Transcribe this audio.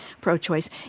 pro-choice